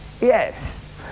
Yes